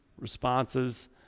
responses